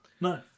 No